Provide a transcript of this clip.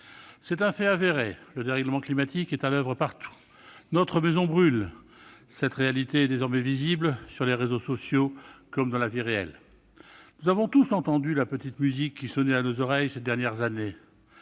C'est un fait avéré, le dérèglement climatique est à l'oeuvre partout. Notre maison brûle. Cette réalité est désormais visible, sur les réseaux sociaux comme dans la vie réelle. Nous avons tous entendu la petite musique qui sonnait à nos oreilles ces dernières années.